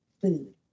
food